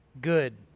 good